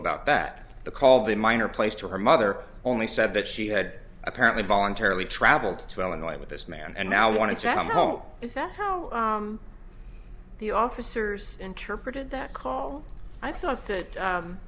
about that the call the minor place to her mother only said that she had apparently voluntarily traveled to illinois with this man and now want to see them home is that how the officers interpreted that call i thought that